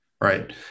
Right